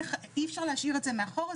ואי אפשר להשאיר את הדברים האלה מאחורה,